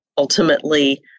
Ultimately